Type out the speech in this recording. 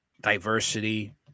Diversity